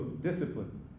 discipline